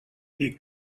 tic